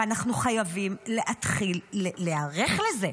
ואנחנו חייבים להתחיל להיערך לזה.